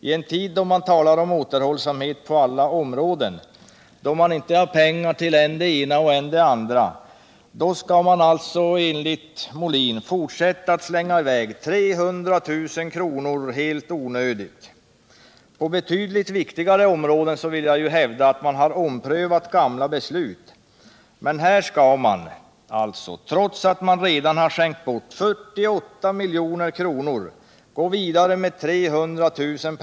I en tid då man talar om återhållsamhet på alla områden och då man inte har pengar till än det ena och än det andra skall man alltså enligt Björn Molin fortsätta att slänga ut 300 000 kr. helt i onödan. Jag vill hävda att man har omprövat gamla beslut på betydligt viktigare områden. Men här skall man alltså, trots att man redan har skänkt bort 48 milj.kr., gå vidare med utbetalningar på 300 000 kr.